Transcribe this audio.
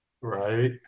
Right